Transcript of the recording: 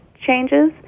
changes